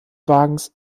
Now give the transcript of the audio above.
wagens